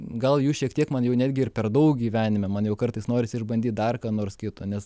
gal jų šiek tiek man jau netgi ir per daug gyvenime man jau kartais norisi išbandyt dar ką nors kito nes